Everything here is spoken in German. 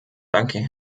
danke